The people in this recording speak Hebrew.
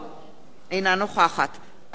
אינה נוכחת איוב קרא,